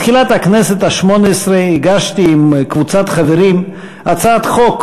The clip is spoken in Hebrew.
בתחילת הכנסת השמונה-עשרה הגשתי עם קבוצת חברים הצעת חוק